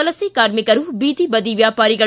ವಲಸೆ ಕಾರ್ಮಿಕರು ಬೀದಿಬದಿ ವ್ಯಾಪಾರಿಗಳು